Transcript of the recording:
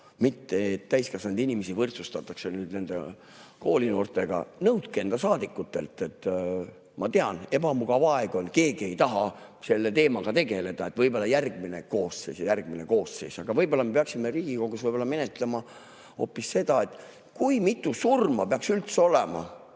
et täiskasvanud inimesi tuleks võrdsustada koolinoortega. Nõudke seda enda saadikutelt! Ma tean, ebamugav aeg on, keegi ei taha selle teemaga tegeleda, et võib-olla järgmine koosseis ja järgmine koosseis. Aga võib-olla me peaksime Riigikogus menetlema hoopis seda, kui mitu surma peaks üldse olema,